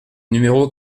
numéro